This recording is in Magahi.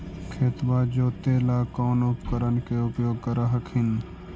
खेतबा जोते ला कौन उपकरण के उपयोग कर हखिन?